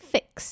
Fix